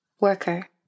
Worker